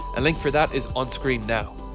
a link for that is on screen now.